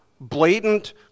blatant